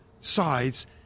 sides